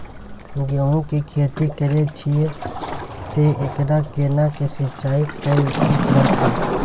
गेहूं की खेती करे छिये ते एकरा केना के सिंचाई कैल ठीक रहते?